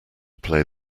play